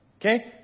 Okay